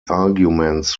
arguments